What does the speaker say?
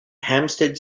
hampstead